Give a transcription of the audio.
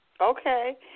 Okay